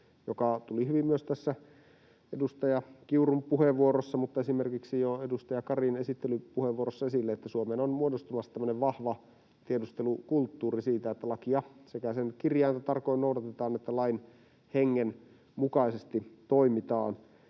mikä tuli hyvin myös tässä edustaja Kiurun puheenvuorossa mutta jo esimerkiksi edustaja Karin esittelypuheenvuorossa esille, että Suomeen on muodostumassa tämmöinen vahva tiedustelukulttuuri, että lakia sekä sen kirjainta tarkoin noudatetaan, että lain hengen mukaisesti toimitaan.